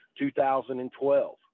2012